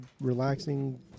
relaxing